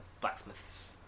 blacksmiths